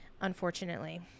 unfortunately